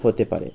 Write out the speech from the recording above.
হতে পারে